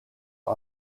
are